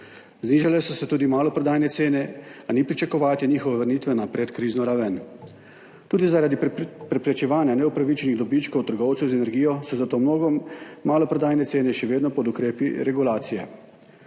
znižale so se tudi maloprodajne cene, a ni pričakovati njihove vrnitve na predkrizno raven. Tudi zaradi preprečevanja neupravičenih dobičkov trgovcev z energijo so zato mnogo maloprodajne cene še vedno pod ukrepi regulacije.